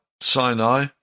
Sinai